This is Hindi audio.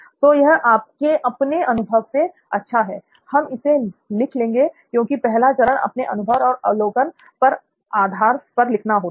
तो यह आपके अपने अनुभव से है अच्छा है हम इसे लिख लेंगे क्योंकि पहला चरण अपने अनुभव और अवलोकन के आधार पर लिखना होता है